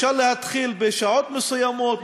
אפשר להתחיל בשעות מסוימות,